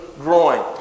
growing